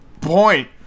point